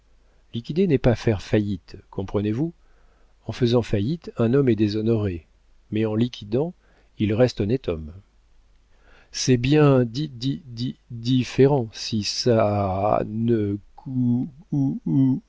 liquider n'est pas faire faillite comprenez-vous en faisant faillite un homme est déshonoré mais en liquidant il reste honnête homme c'est bien di di di différent si çaâââ ne